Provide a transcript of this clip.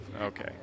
Okay